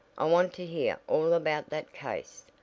i want to hear all about that case,